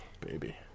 Baby